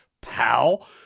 pal